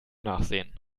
nachsehen